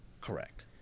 Correct